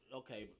okay